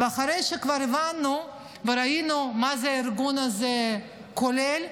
ואחרי שכבר הבנו וראינו מה הארגון הזה כולל,